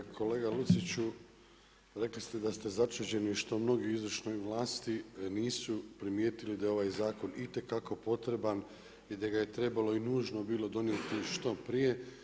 Kolega Luciću, rekli ste da ste začuđeni što mnogi u izvršnoj vlasti nisu primijetili da je ovaj zakon itekako potreban i da ga je trebalo i nužno bilo donijeti što prije.